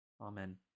Amen